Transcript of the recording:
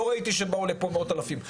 לא ראיתי שבאו לפה מאות אלפים,